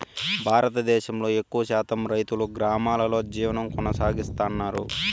భారతదేశంలో ఎక్కువ శాతం రైతులు గ్రామాలలో జీవనం కొనసాగిస్తన్నారు